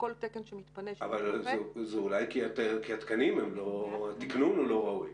אבל אולי זה כי התיקנון הוא לא ראוי.